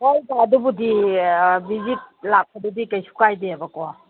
ꯍꯣꯏꯗ ꯑꯗꯨꯕꯨꯗꯤ ꯕꯤꯖꯤꯠ ꯂꯥꯛꯄꯗꯨꯗꯤ ꯀꯩꯁꯨ ꯀꯥꯏꯗꯦꯕꯀꯣ